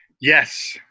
Yes